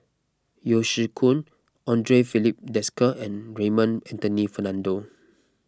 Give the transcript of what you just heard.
Yeo Shih Yun andre Filipe Desker and Raymond Anthony Fernando